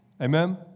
Amen